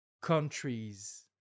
countries